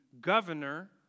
governor